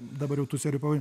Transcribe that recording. dabar jau tų serijų pavad